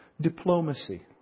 diplomacy